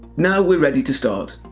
now we're ready to start.